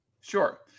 Sure